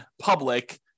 public